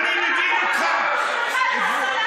הם גם הולכים לשירותים, שיעשה פה את הצרכים גם כן.